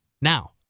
Now